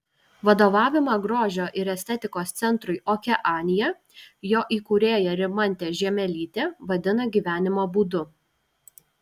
vadovavimą grožio ir estetikos centrui okeanija jo įkūrėja rimantė žiemelytė vadina gyvenimo būdu